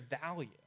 value